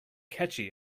catchy